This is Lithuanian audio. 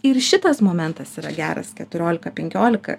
ir šitas momentas yra geras keturiolika penkiolika